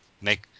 make